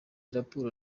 raporo